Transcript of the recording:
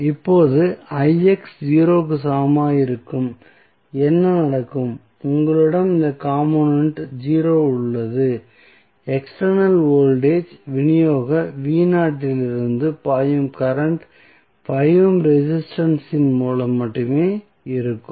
இப்போது 0 க்கு சமமாக இருக்கும்போது என்ன நடக்கும் உங்களிடம் இந்த காம்போனென்ட் 0 உள்ளது எக்ஸ்டர்னல் வோல்டேஜ் விநியோக இலிருந்து பாயும் கரண்ட் 5 ஓம் ரெசிஸ்டன்ஸ் இன் மூலம் மட்டுமே இருக்கும்